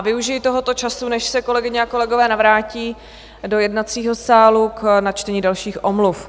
Využiji tohoto času, než se kolegyně a kolegové navrátí do jednacího sálu, k načtení dalších omluv.